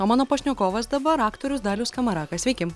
o mano pašnekovas dabar aktorius dalius skamarakas sveiki